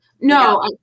No